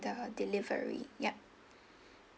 the delivery yup